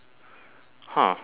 !huh!